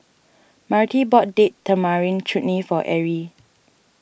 Marty bought Date Tamarind Chutney for Erie